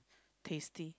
tasty